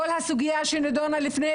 יש את כל הסוגיה של הפסיכומטרי,